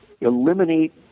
eliminate